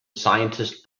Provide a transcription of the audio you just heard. scientist